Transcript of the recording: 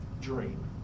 dream